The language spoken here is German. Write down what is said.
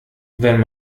wenn